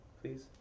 Please